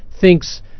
thinks